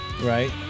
right